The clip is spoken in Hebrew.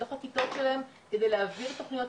בתוך הכיתות שלהם כדי להעביר תוכניות.